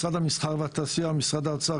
משרד המסחר והתעשייה ומשרד האוצר,